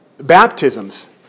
baptisms